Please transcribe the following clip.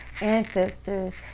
Ancestors